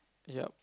yeap